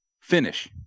finish